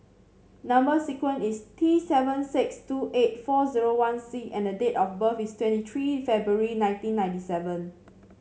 number sequence is T seven six two eight four zero one C and the date of birth is twenty three February nineteen ninety seven